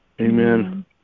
Amen